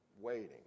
waiting